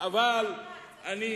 אלי,